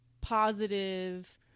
positive